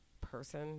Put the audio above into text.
person